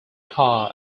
car